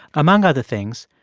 among other things,